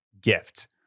gift